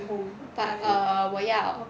but err 我要